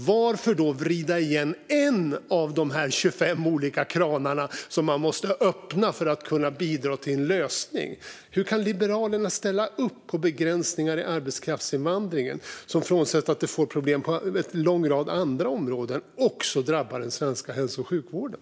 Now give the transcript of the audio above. Varför då vrida igen en av de 25 olika kranar som man måste öppna för att kunna bidra till en lösning? Hur kan Liberalerna ställa upp på begränsningar i arbetskraftsinvandringen, som frånsett att de leder till problem på en lång rad andra områden också drabbar den svenska hälso och sjukvården?